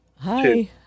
Hi